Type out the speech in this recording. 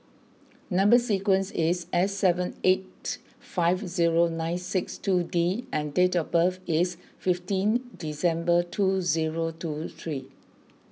Number Sequence is S seven eight five zero nine six two D and date of birth is fifteen December two zero two three